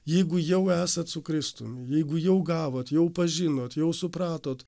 jeigu jau esat su kristumi jeigu jau gavot jau pažinot jau supratot